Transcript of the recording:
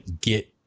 get